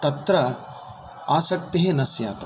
तत्र आसक्तिः न स्यात्